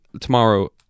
tomorrow